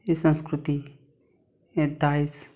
ही संस्कृती हें दायज